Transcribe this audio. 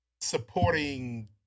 supporting